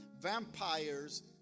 vampires